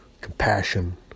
compassion